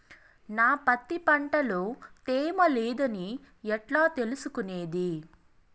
నా పత్తి పంట లో తేమ లేదని ఎట్లా తెలుసుకునేది?